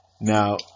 now